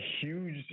huge